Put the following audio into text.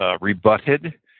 rebutted